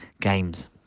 games